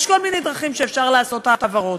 יש כל מיני דרכים שאפשר לעשות העברות,